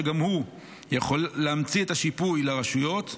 שגם הוא יכול להמציא את השיפוי לרשויות,